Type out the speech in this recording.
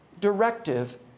directive